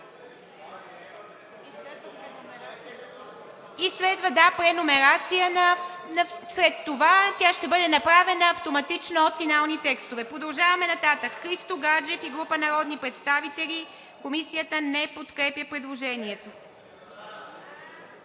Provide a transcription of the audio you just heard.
И следва преномерация. Тя ще бъде направена автоматично от „Финални текстове“. Предложение от Христо Гаджев и група народни представители. Комисията не подкрепя предложението.